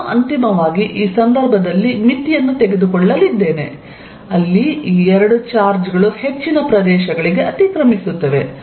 ನಾನು ಅಂತಿಮವಾಗಿ ಈ ಸಂದರ್ಭದಲ್ಲಿ ಮಿತಿಯನ್ನು ತೆಗೆದುಕೊಳ್ಳಲಿದ್ದೇನೆ ಅಲ್ಲಿ ಈ ಎರಡು ಚಾರ್ಜ್ ಗಳು ಹೆಚ್ಚಿನ ಪ್ರದೇಶಗಳಿಗೆ ಅತಿಕ್ರಮಿಸುತ್ತವೆ